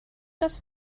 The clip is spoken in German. dass